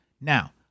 Now